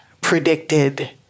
predicted